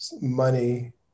money